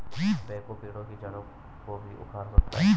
backhoe पेड़ की जड़ों को भी उखाड़ सकता है